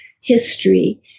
history